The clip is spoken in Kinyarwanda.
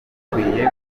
bukwiye